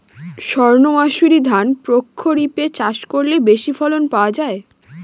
সর্ণমাসুরি ধান প্রক্ষরিপে চাষ করলে বেশি ফলন পাওয়া যায়?